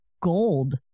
gold